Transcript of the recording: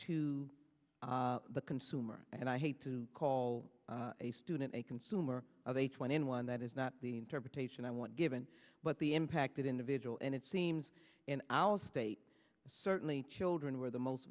to the consumer and i hate to call a student a consumer of h one n one that is not the interpretation i want given but the impact that individual and it seems in our state certainly children where the most